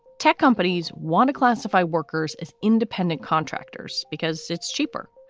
tech companies want to classify workers as independent contractors because it's cheaper.